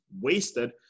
wasted